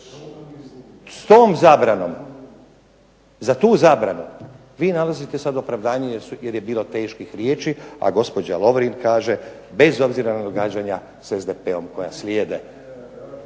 S tom zabranom, za tu zabranu vi nalazite sad opravdanje jer je bilo teških riječi, a gospođa Lovrin kaže bez obzira na događanja sa SDP-om koja slijede.